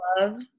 Love